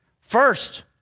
First